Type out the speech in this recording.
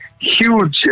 huge